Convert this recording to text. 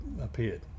appeared